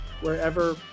wherever